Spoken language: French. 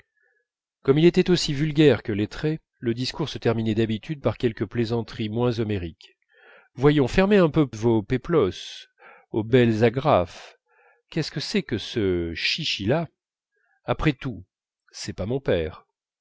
comme il était aussi vulgaire que lettré le discours se terminait d'habitude par quelque plaisanterie moins homérique voyons fermez un peu vos peplos aux belles agrafes qu'est-ce que c'est que ce chichi là après tout c'est pas mon père